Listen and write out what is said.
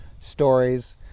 stories